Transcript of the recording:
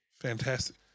Fantastic